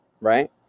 Right